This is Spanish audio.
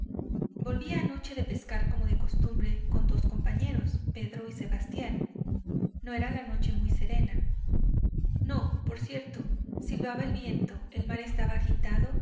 volvía anoche de pescar como de costumbre con dos compañeros pedro y sebastián no era la noche muy serena no por cierto silbaba el viento el mar estaba agitado